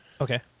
Okay